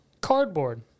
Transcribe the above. cardboard